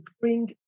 bring